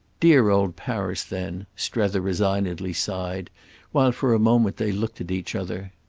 dear old paris then! strether resignedly sighed while for a moment they looked at each other.